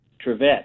trivet